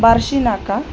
बारशी नाका